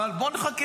אבל בוא נחכה,